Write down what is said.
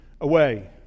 away